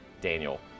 Daniel